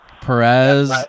Perez